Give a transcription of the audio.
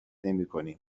نمیکنیم